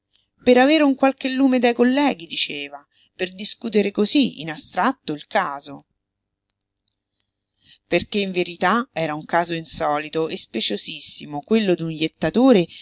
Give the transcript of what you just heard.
per avere un qualche lume dai colleghi diceva per discutere cosí in astratto il caso perché in verità era un caso insolito e speciosissimo quello d'un jettatore